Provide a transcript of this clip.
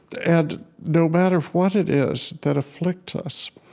and no matter what it is that afflicts us,